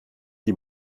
die